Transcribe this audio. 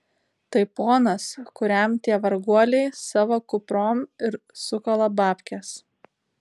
tai ponas kuriam tie varguoliai savo kuprom ir sukala babkes